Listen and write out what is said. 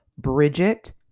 bridget